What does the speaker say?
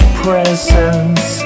presence